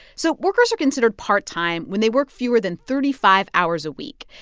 so workers are considered part time when they work fewer than thirty five hours a week.